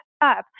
up